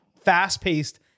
fast-paced